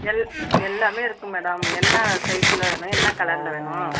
L எல்லாமே இருக்குது madam என்ன சைஸில் வேணும் என்ன கலரில் வேணும்